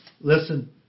listen